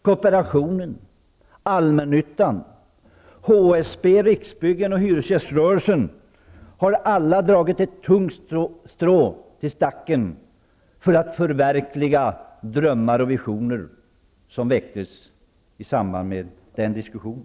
Kooperationen, allmännyttan, HSB, Riksbyggen och hyresgäströrelsen har alla dragit ett tungt strå till stacken för att förverkliga drömmar och visioner som väcktes i samband med den diskussionen.